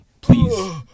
please